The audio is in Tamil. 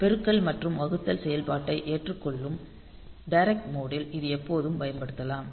பெருக்கல் மற்றும் வகுத்தல் செயல்பாட்டை ஏற்றுக்கொள்ளும் டிரெக்ட் மோட் ல் இது எப்போதும் பயன்படுத்தப்படலாம்